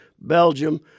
Belgium